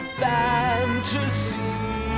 fantasy